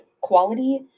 quality